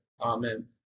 Amen